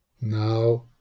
Now